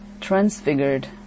transfigured